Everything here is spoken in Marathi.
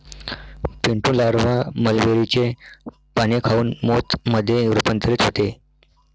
पिंटू लारवा मलबेरीचे पाने खाऊन मोथ मध्ये रूपांतरित होते